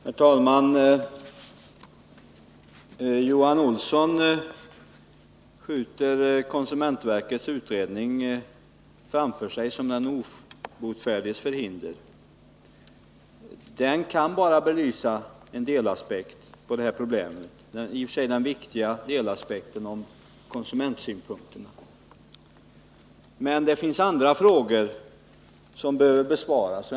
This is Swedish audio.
Herr talman! Johan Olssons sätt att skjuta konsumentverkets utredning framför sig är något av den obotfärdiges förhinder. Den utredningen kan bara belysa den i och för sig viktiga delaspekten om konsumentsynpunkterna. Det finns andra frågor som bör besvaras.